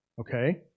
Okay